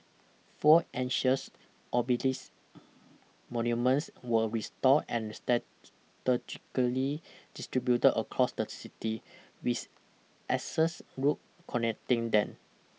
four ancient obelisk monuments were restored and strategically distributed across the city with axial s roads connecting them